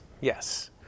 Yes